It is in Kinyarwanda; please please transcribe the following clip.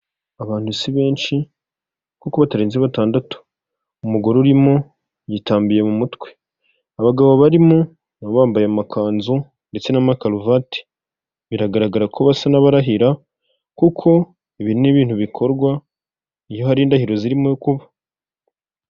Abantu si benshi kuko batarenze batandatu, umugore urimo yitambiye mu mutwe, abagabo barimo nabo bambaye amakanzu ndetse n'amakaruvati, biragaragara ko basa n'abarahira kuko ibi ni ibintu bikorwa iyo hari indahiro zirimo kuba.